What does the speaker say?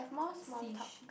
can't see shit